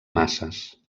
masses